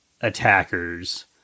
attackers